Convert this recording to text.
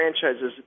franchises